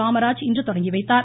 காமராஜ் இன்று தொடங்கி வைத்தார்